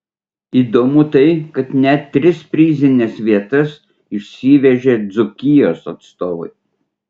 įdomu tai kad net tris prizines vietas išsivežė dzūkijos atstovai